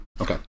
Okay